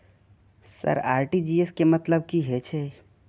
Sir RTGS के मतलब की हे छे?